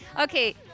Okay